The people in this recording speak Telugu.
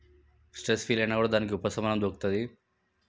స్ట్రెస్ ఫీల్ అయినా కూడా దానికి ఉపశమనం దొరుకుతుంది